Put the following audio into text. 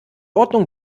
ordnung